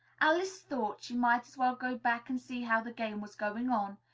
alice thought she might as well go back and see how the game was going on.